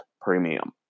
premium